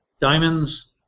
diamonds